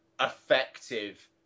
effective